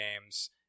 games